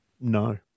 no